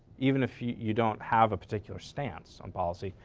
even if you you don't have a particular stance on policy.